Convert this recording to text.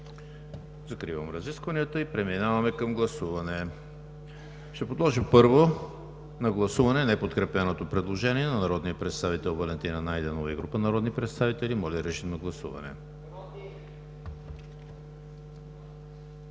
Закривам разискванията и преминаваме към гласуване. Ще подложа на гласуване неподкрепеното предложение на народния представител Валентина Найденова и група народни представители. Гласували